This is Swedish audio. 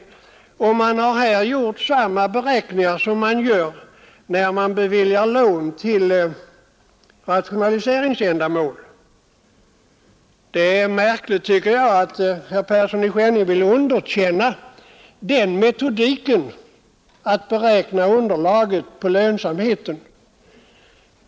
Man har här gjort samma beräkningar som görs när lån beviljas till rationaliseringsändamål. Jag tycker det är märkligt att herr Persson i Skänninge vill underkänna den metodiken att beräkna underlaget för lönsamheten.